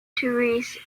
therese